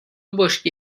بشکه